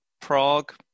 Prague